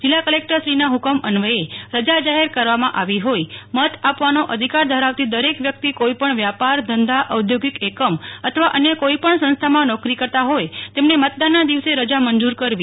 જિલ્લા કલેકટરશ્રીના હકમ રજા જાહેર કરવામાં આવી હોઇ મત આપવાનો અધિકાર ધરાવતી દરેક વ્યકિત કોઇપણ વ્યાપાર ધંધા ઔધોગિક એકમ અથવા અન્ય કોઇપણ સંસ્થામાં નોકરી કરતાં હોય તેમને મતદાનના દિવસે રજા મંજુર કરવી